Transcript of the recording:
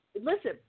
listen